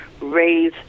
raise